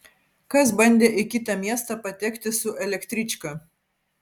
kas bandė į kitą miestą patekti su elektryčka